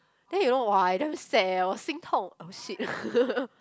then you know !wah! I damn sad eh 我心痛 !oh shit!